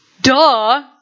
Duh